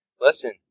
Listen